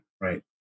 right